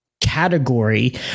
category